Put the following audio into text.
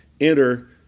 enter